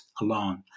alone